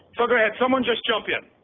so go ahead, someone just jump in.